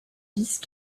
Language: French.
vice